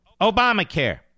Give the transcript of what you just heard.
Obamacare